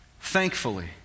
thankfully